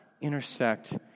intersect